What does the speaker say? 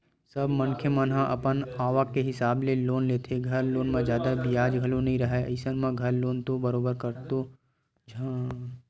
सब मनखे मन ह अपन आवक के हिसाब ले लोन लेथे, घर लोन म जादा बियाज घलो नइ राहय अइसन म घर लोन तो बरोबर कतको झन लेथे